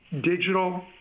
digital